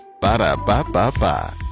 Ba-da-ba-ba-ba